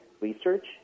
research